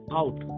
out